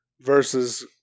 versus